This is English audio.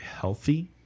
healthy